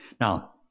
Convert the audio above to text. Now